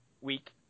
week